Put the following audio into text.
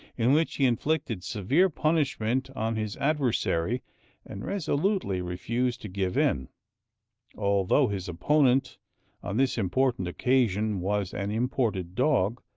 in which he inflicted severe punishment on his adversary and resolutely refused to give in although his opponent on this important occasion was an imported dog,